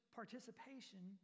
participation